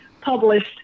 published